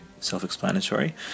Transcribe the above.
self-explanatory